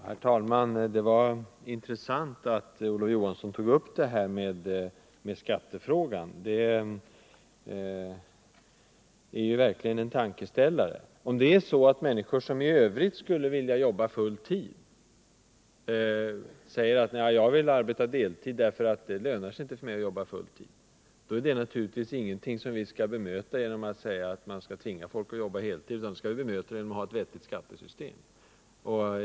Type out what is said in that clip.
Herr talman! Det var intressant att Olof Johansson tog upp detta med skattefrågan. Det ger verkligen en tankeställare. Om det är så att människor, som i övrigt skulle vilja jobba heltid, säger att de vill arbeta deltid därför att det inte lönar sig att arbeta full tid, är det naturligtvis ingenting som vi skall möta genom att tvinga folk att jobba heltid, utan det skall vi möta genom ett vettigt skattesystem.